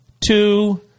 two